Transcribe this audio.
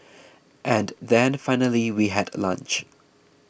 and then finally we had lunch